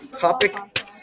Topic